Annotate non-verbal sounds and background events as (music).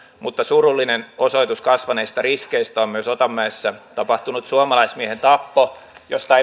mutta surullinen osoitus kasvaneista riskeistä on myös otanmäessä tapahtunut suomalaismiehen tappo josta (unintelligible)